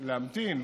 להמתין.